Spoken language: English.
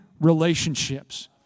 relationships